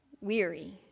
weary